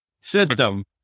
system